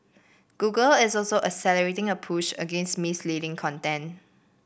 Google is also accelerating a push against misleading content